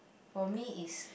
for me is